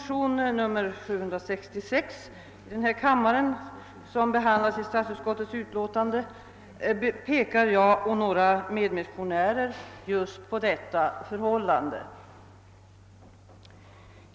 de, pekar jag och mina medmotionärer just på detta förhållande.